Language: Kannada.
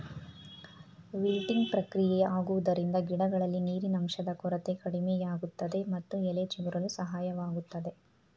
ವಿಲ್ಟಿಂಗ್ ಪ್ರಕ್ರಿಯೆ ಆಗುವುದರಿಂದ ಗಿಡಗಳಲ್ಲಿ ನೀರಿನಂಶದ ಕೊರತೆ ಕಡಿಮೆಯಾಗುತ್ತದೆ ಮತ್ತು ಎಲೆ ಚಿಗುರಲು ಸಹಾಯವಾಗುತ್ತದೆ